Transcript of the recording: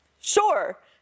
sure